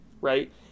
right